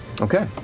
Okay